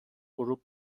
غروب